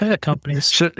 companies